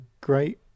great